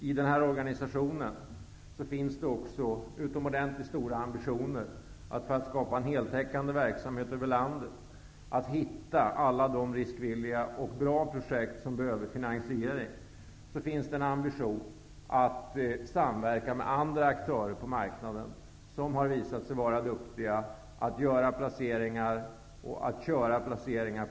I denna organisation finns det också utomordentligt stora ambitioner att skapa en heltäckande verksamhet över hela landet och att hitta alla de riskvilliga och bra projekt som behöver finansiering. Dessutom finns ambitionen att samverka med andra aktörer på marknaden, som har visat sig vara duktiga på att göra lönsamma placeringar.